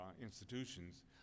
institutions